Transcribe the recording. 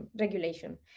regulation